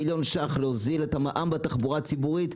קואליציוניים על מנת להוזיל את המע"מ בתחבורה הציבורית.